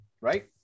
right